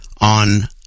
on